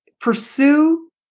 pursue